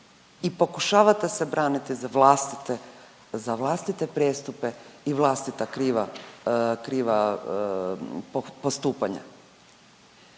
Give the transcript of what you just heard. i pokušavate se braniti za vlastite prijestupe i vlastita kriva postupanja.